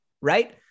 Right